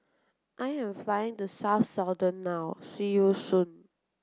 I am flying to South Sudan now see you soon